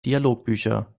dialogbücher